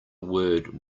word